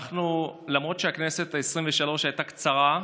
למרות שהכנסת העשרים-ושלוש הייתה קצרה,